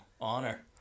honor